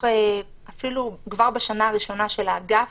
כבר בשנה הראשונה של האגף,